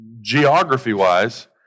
geography-wise